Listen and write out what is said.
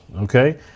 okay